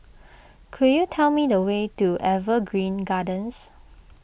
could you tell me the way to Evergreen Gardens